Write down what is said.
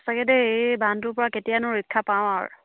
সঁচাকৈ দেই এই বানটোৰ পৰা কেতিয়ানো ৰক্ষা পাওঁ আৰু